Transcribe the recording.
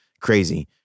crazy